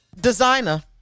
Designer